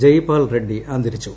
ജെയ്പാൽ റെഡ്സി അന്തരിച്ചു